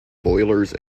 boilers